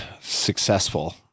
successful